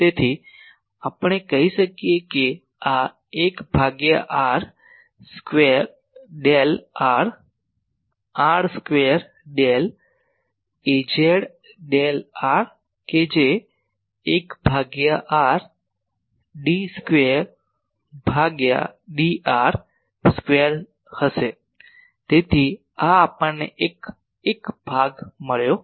તેથી આપણે કહી શકીએ કે આ 1 ભાગ્યા r square del r r square del Az del r કે જે 1 ભાગ્યા r d સ્ક્વેર ભાગ્યા dr સ્કવેર હશે તેથી આ આપણને એક ભાગ મળ્યો છે